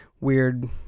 Weird